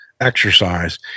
exercise